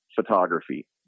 photography